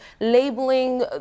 labeling